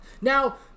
now